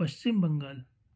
Paschim Bengal